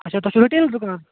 اَچھا تۄہہِ چھُو رِٹیل دُکان